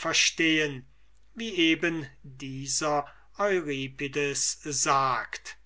verstehen wie eben dieser euripides sagt